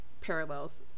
parallels